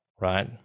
right